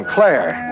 Claire